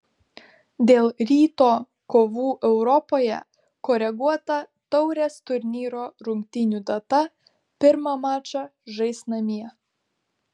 dėl ryto kovų europoje koreguota taurės turnyro rungtynių data pirmą mačą žais namie